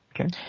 Okay